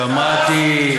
"שמעתי",